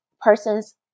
persons